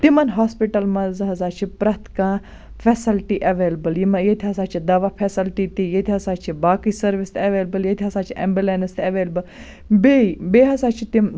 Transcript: تِمَن ہاسپِٹَل مَنٛز ہَسا چھِ پرٛتھ کانٛہہ فیسَلٹی اَیولیبٕل یِمےَ ییٚتہِ ہَسا چھِ دَوا فیسَلٹی تہِ ییٚتہِ ہَسا چھِ باقٕے سٔروِس تہِ اَیولیبٕل ییٚتہِ ہَسا چھِ ایٚمبُلیٚنس تہِ اَیولیبٕل بیٚیہِ بیٚیہِ ہَسا چھِ تِم